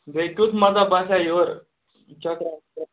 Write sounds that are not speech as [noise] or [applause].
بیٚیہِ کیُتھ مَزا باسے [unintelligible] چکرا [unintelligible]